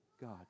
God